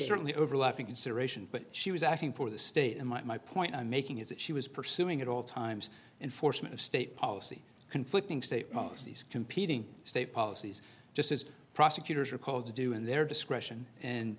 certainly overlapping consideration but she was acting for the state in my point i'm making is that she was pursuing at all times unfortunate of state policy conflicting statements these competing state policies just as prosecutors are called to do in their discretion and